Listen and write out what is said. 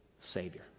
Savior